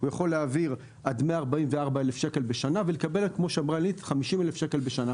הוא יכול להעביר עד 144,000 שקל בשנה ולקבל 50,000 שקל בשנה